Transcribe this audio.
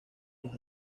los